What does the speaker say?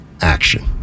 action